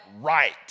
right